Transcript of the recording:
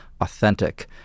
authentic